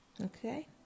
Okay